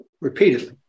repeatedly